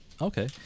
Okay